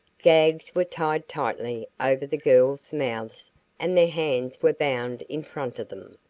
gags were tied tightly over the girls' mouths and their hands were bound in front of them,